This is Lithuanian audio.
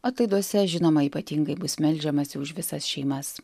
ataiduose žinoma ypatingai bus meldžiamasi už visas šeimas